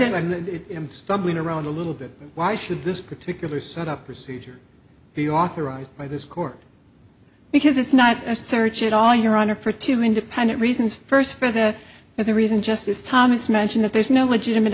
him stumbling around a little bit why should this particular set up procedure be authorized by this court because it's not a search at all your honor for two independent reasons first for the as the reason justice thomas mention that there's no legitimate